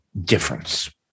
difference